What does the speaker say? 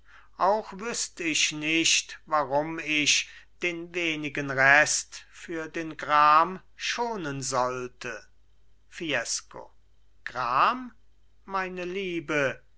auch wüßt ich nicht warum ich den wenigen rest für den gram schonen sollte fiesco gram meine liebe